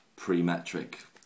pre-metric